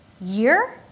year